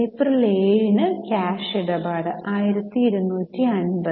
April 7 ന് cash ഇടപാട് 1250